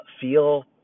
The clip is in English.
feel